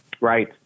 Right